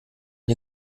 den